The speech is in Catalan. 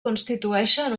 constitueixen